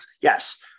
yes